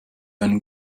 einen